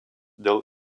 dėl